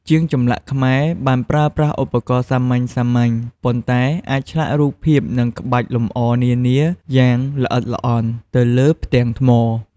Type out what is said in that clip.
ជាងចម្លាក់ខ្មែរបានប្រើប្រាស់ឧបករណ៍សាមញ្ញៗ ប៉ុន្តែអាចឆ្លាក់រូបភាព និងក្បាច់លម្អនានាយ៉ាងល្អិតល្អន់ទៅលើផ្ទៃថ្ម។